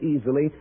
easily